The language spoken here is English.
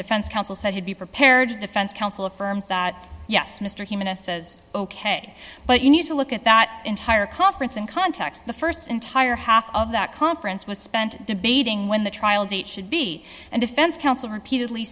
defense counsel said he'd be prepared defense counsel affirms that yes mr humanist says ok but you need to look at that entire conference in context the st entire half of that conference was spent debating when the trial date should be and defense counsel repeatedly